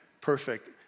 perfect